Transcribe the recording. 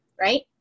right